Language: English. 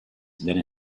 then